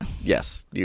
yes